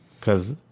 Cause